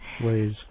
ways